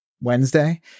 Wednesday